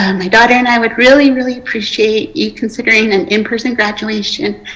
and my daughter and i would really, really appreciate you considering an in person graduation.